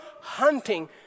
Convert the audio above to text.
hunting